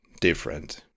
different